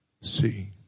See